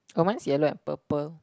oh mine's yellow and purple